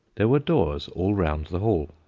there were doors all round the hall,